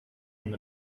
han